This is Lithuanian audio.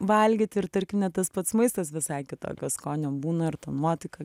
valgyt ir tarkim net tas pats maistas visai kitokio skonio būna ir ta nuotaika